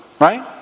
right